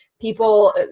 people